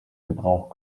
gebrauch